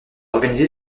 organisé